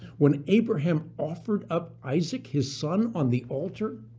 when abraham offered up isaac, his son, on the altar?